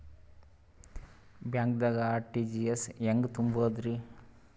ಬ್ಯಾಂಕ್ದಾಗ ಆರ್.ಟಿ.ಜಿ.ಎಸ್ ಹೆಂಗ್ ತುಂಬಧ್ರಿ?